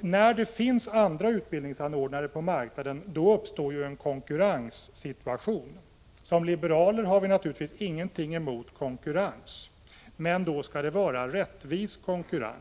När det finns andra utbildningsanordnare på marknaden uppstår en konkurrenssituation. Som liberaler har vi naturligtvis ingenting emot konkurrens, men det skall vara rättvis sådan.